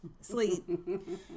sleep